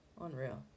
Unreal